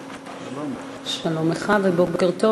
במיליון ו-800,000 שקלים,